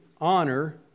honor